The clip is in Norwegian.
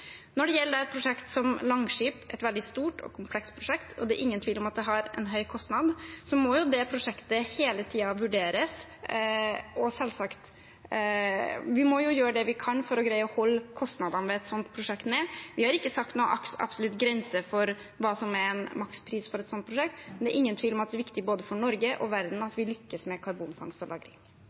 Når det gjelder et prosjekt som Langskip, et veldig stort og komplekst prosjekt – og det er ingen tvil om at det har en høy kostnad – må det prosjektet hele tiden vurderes, og vi må selvsagt gjøre det vi kan for å holde kostnadene ved et sånt prosjekt nede. Vi har ikke satt en absolutt grense for hva som er makspris for et sånt prosjekt, men det er ingen tvil om at det er viktig for både Norge og verden at vi lykkes med karbonfangst og